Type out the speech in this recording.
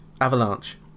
avalanche